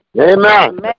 Amen